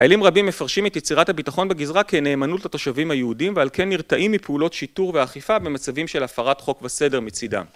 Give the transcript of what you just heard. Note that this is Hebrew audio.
חיילים רבים מפרשים את יצירת הביטחון בגזרה כנאמנות לתושבים היהודים ועל כן נרתעים מפעולות שיטור ואכיפה במצבים של הפרת חוק וסדר מצידם.